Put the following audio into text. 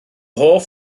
hoff